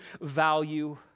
value